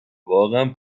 واقعا